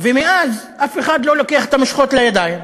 ומאז אף אחד לא לוקח את המושכות לידיים.